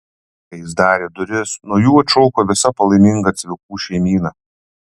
kai jis darė duris nuo jų atšoko visa palaiminga cvikų šeimyna